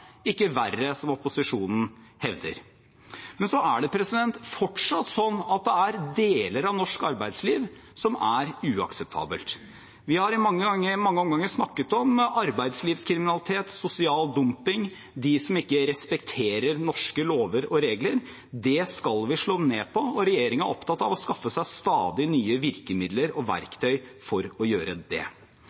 ikke verre, som opposisjonen hevder. Men det er fortsatt sånn at det er deler av norsk arbeidsliv som er uakseptabelt. Vi har i mange omganger snakket om arbeidslivskriminalitet, sosial dumping, dem som ikke respekterer norske lover og regler. Det skal vi slå ned på, og regjeringen er opptatt av å skaffe seg stadig nye virkemidler og verktøy for å gjøre det.